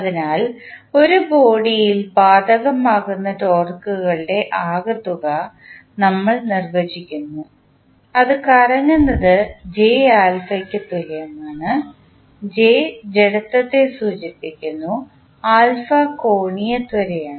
അതിനാൽ ഒരു ബോഡിയിൽ ബാധകമാകുന്ന ടോർക്കുകളുടെ ആകെത്തുക നമ്മൾ നിർവചിക്കുന്നു അത് കറങ്ങുന്നത് Jα ക്ക് തുല്യമാണ് J ജഡത്വത്തെ സൂചിപ്പിക്കുന്നു കോണീയ ത്വരയാണ്